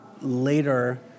later